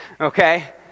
okay